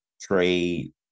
trade